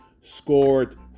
scored